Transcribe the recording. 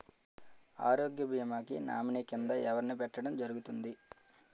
ఆరోగ్య భీమా కి నామినీ కిందా ఎవరిని పెట్టడం జరుగతుంది?